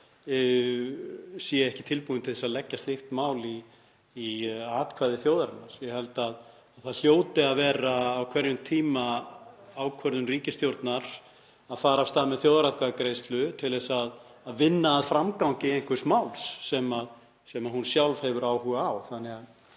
sé ekki tilbúin til þess að leggja slíkt mál undir atkvæði þjóðarinnar. Ég held að það hljóti að vera á hverjum tíma ákvörðun ríkisstjórnar að fara af stað með þjóðaratkvæðagreiðslu til að vinna að framgangi einhvers máls sem hún sjálf hefur áhuga á.